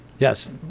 Yes